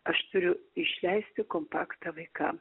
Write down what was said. aš turiu išleisti kompaktą vaikam